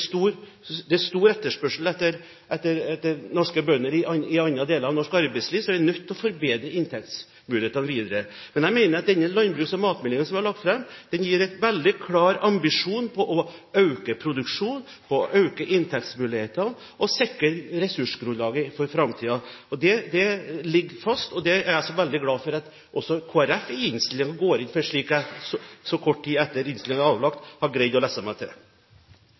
er stor etterspørsel etter norske bønder i andre deler av norsk arbeidsliv, så vi er nødt til å forbedre inntektsmulighetene videre. Jeg mener at landbruks- og matmeldingen som er lagt fram, gir en veldig klar ambisjon om å øke produksjonen, øke inntektsmulighetene og sikre ressursgrunnlaget for framtiden. Det ligger fast, og det er jeg veldig glad for at også Kristelig Folkeparti går inn for i innstillingen – som jeg har klart å lese meg til så kort tid etter at innstillingen er avgitt. Torgeir Trældal – til oppfølgingsspørsmål. Den nye landbruksmeldingen som regjeringen har lagt fram – Velkommen til